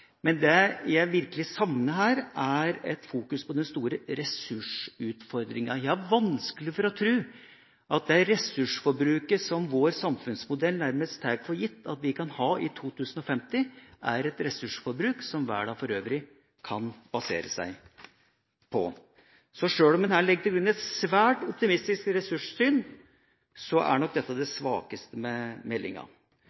men det jeg virkelig savner her, er fokusering på den store ressursutfordringa. Jeg har vanskelig for å tro at det ressursforbruket som vår samfunnsmodell nærmest tar for gitt, er et ressursforbruk vi kan ha i 2050 og som verden for øvrig kan basere seg på. Så sjøl om en her legger til grunn et svært optimistisk ressurssyn, er nok dette det